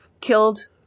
killed